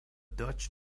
dutch